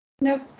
Nope